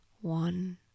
One